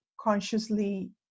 consciously